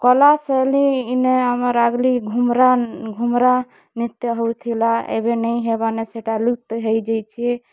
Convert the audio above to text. କଲା ଶୈଳୀ ଇନ ଆମର ଆଗ୍ଲି ଘୁମୁରା ଘୁମୁରା ନୃତ୍ୟ ହେଉଥିଲା ଏବେ ନେଇଁ ହେବାର ନ ସେଇଟା ଲୁପ୍ତ ହେଇ ଯାଇଛେ